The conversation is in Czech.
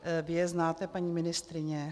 Vy je znáte, paní ministryně?